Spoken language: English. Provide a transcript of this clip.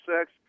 sex